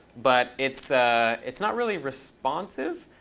but it's ah it's not really responsive.